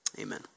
Amen